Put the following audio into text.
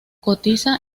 cotiza